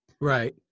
right